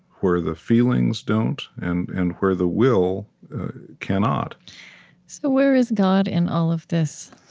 where the feelings don't, and and where the will cannot so where is god in all of this?